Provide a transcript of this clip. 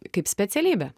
kaip specialybė